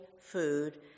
food